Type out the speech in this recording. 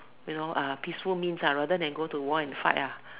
you know uh peaceful means ah rather than go to war and fight ah